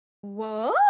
Whoa